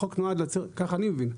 החוק נועד ככה אני מבין,